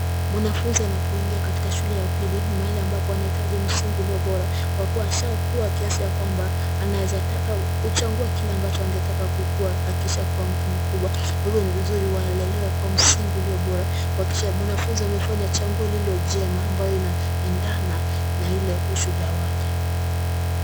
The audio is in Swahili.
Mwanafunzi anapoingia katika shule ya upili, ni mahali ambapo anahitaji msingi ulio bora kwa kuwa ashaakua kiasi ya kwamba anaweza taka kuchagua kila ambacho angetaka kukuwa akishaakua mtu mkubwa. Kwa hivyo ni vizuri walelewe kwa msingi ulio bora kuhakikisha mwanafunzi anafanya chaguo lililo njema ambayo inaendana na ile ushujaa wake.